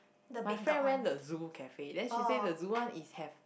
my friend went the zoo cafe then she say the zoo one is have